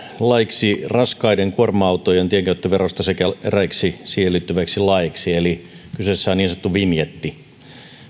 laiksi raskaiden kuorma autojen tienkäyttöverosta sekä eräiksi siihen liittyviksi laeiksi eli kyseessä on niin sanottu vinjetti